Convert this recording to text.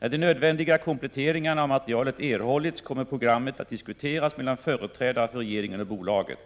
När de nödvändiga komplette =. 8 ö ST É :€: insatser i Västerbottens ringarna av materialet erhållits kommer programmet att diskuteras mellan inland företrädare för regeringen och bolaget.